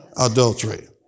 adultery